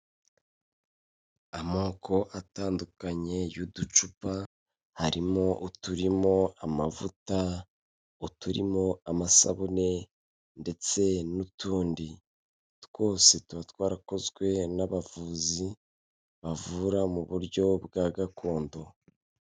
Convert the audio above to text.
Amoko atandukanye y'uducupa, harimo uturimo amavuta, uturimo amasabune ndetse n'utundi twose tuba twarakozwe n'abavuzi bavura mu buryo bwa gakondo.